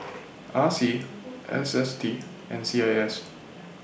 R C S S T and C A S